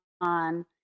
on